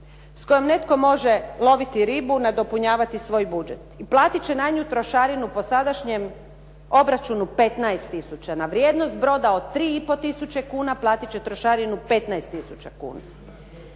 s kojom netko može loviti ribu, nadopunjavati svoj budžet i platit će na nju trošarinu po sadašnjem obračunu 15 tisuća, na vrijednost broda od 3,5 tisuće kuna platit će trošarinu 15 tisuća kuna.